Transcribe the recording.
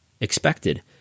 expected